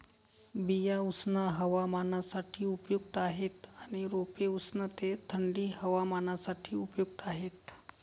बिया उष्ण हवामानासाठी उपयुक्त आहेत आणि रोपे उष्ण ते थंडी हवामानासाठी उपयुक्त आहेत